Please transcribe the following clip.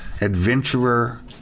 adventurer